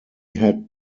had